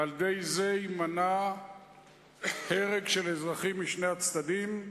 ועל-ידי זה יימנע הרג של אזרחים משני הצדדים,